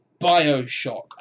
Bioshock